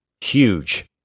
huge